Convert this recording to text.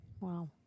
Wow